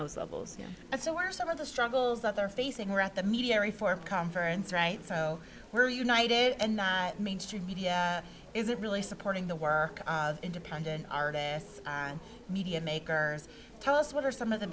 those levels that's where some of the struggles that they're facing are at the media reform conference right so we're united and mainstream media isn't really supporting the work of independent artists and media makers tell us what are some of the